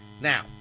now